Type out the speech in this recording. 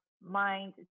mind